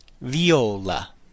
Viola